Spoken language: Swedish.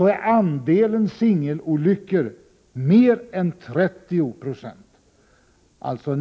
är andelen singelolyckor mer än 30 96.